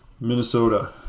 Minnesota